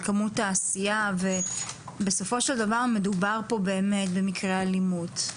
כמות העשייה ובסופו של דבר מדובר פה באמת במקרי אלימות,